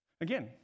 Again